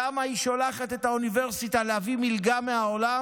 למה היא שולחת את האוניברסיטה להביא מלגה מהעולם